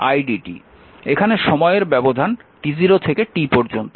এখানে সময়ের ব্যবধান t0 থেকে t পর্যন্ত